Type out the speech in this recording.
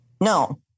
No